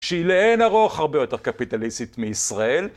שהיא לאין ארוך הרבה יותר קפיטליסטית מישראל.